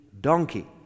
donkey